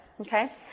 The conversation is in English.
Okay